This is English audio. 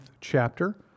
chapter